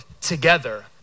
together